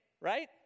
Right